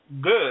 Good